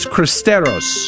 Cristeros